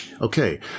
Okay